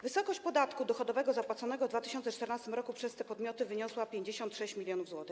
Wysokość podatku dochodowego zapłaconego w 2014 r. przez te podmioty wyniosła 56 mln zł.